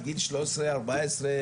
גיל ארבע עשרה,